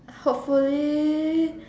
hopefully